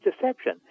deception